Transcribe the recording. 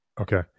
Okay